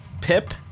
Pip